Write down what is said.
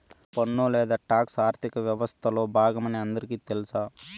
పన్ను లేదా టాక్స్ ఆర్థిక వ్యవస్తలో బాగమని అందరికీ తెల్స